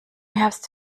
herbst